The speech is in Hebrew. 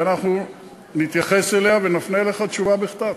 ואנחנו נתייחס אליה ונפנה אליך תשובה בכתב.